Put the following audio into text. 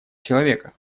человека